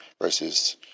versus